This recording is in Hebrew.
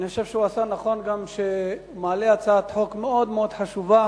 אני חושב שהוא עשה נכון גם כשהוא מעלה הצעת חוק מאוד מאוד חשובה,